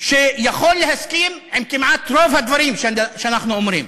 שיכול להסכים עם רוב הדברים כמעט שאנחנו אומרים.